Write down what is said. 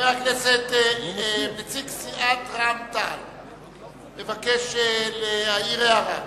נציג סיעת רע"ם-תע"ל מבקש להעיר הערה.